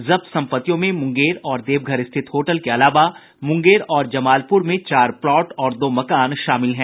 जब्त संपत्तियों में मुंगेर और देवघर स्थित होटल के अलावा मुंगेर और जमालपुर में चार प्लॉट और दो मकान शामिल हैं